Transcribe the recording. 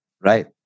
Right